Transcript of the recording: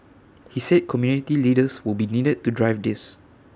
he said community leaders will be needed to drive this